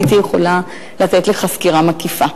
הייתי יכולה לתת לך סקירה מקיפה.